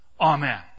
Amen